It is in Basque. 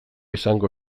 izango